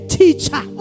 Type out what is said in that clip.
teacher